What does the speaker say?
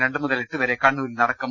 രണ്ട് മുതൽ എട്ടുവരെ കണ്ണൂരിൽ നടക്കും